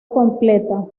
completa